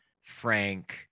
Frank